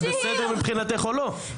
זה בסדר מבחינתך או לא?